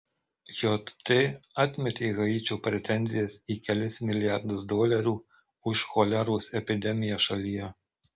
jt atmetė haičio pretenzijas į kelis milijardus dolerių už choleros epidemiją šalyje